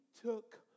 took